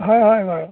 হয় হয় বাৰু